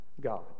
God